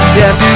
yes